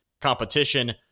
competition